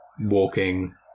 walking